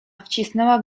wcisnęła